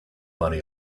money